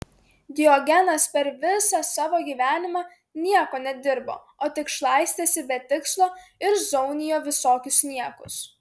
diogenas per visą savo gyvenimą nieko nedirbo o tik šlaistėsi be tikslo ir zaunijo visokius niekus